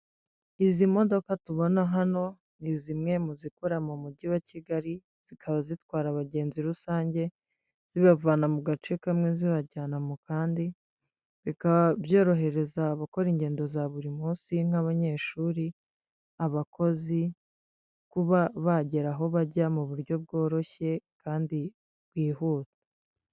Izi modoka tubona hano, ni zimwe mu zikora mu mujyi wa Kigali, zikaba zitwara abagenzi rusange, zibavana mu gace kamwe zibajyana mu kandi, bikaba byorohereza abakora ingendo za buri munsi nk'abanyeshuri, abakozi, kuba bagera aho bajya mu buryo bworoshye kandi bwihuse.